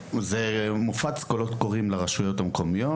מופצים קולות קוראים לרשויות המקומיות.